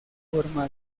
forma